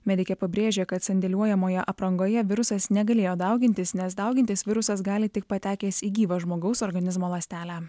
medikė pabrėžė kad sandėliuojamoje aprangoje virusas negalėjo daugintis nes daugintis virusas gali tik patekęs į gyvą žmogaus organizmo ląstelę